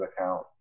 account